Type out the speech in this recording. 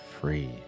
free